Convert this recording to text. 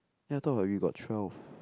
ya I thought we got twelve